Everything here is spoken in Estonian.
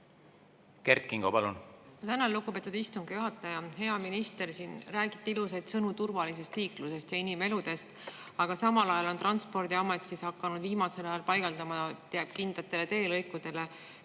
Kert Kingo, palun!